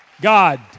God